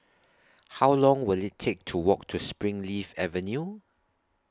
How Long Will IT Take to Walk to Springleaf Avenue